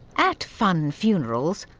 at funn funerals,